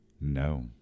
No